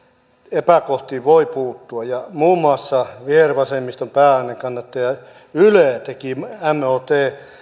epäkohtiin voi puuttua ja muun muassa vihervasemmiston pää äänenkannattaja yle teki mot